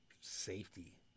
safety